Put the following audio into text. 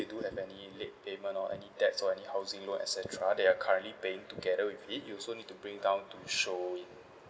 you do have any late payment or any debts or any housing loan et cetera that you are currently paying together with it you also need to bring down to show it